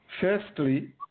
Firstly